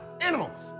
Animals